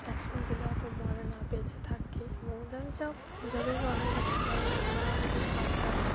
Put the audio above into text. vaccine দিলে অতো মরে না বেঁচে থাকে এবং যাদের যা যাদের অসুখ বিসুখ হয় ওষুধ নানান ওষুধ খাওয়াতে হয়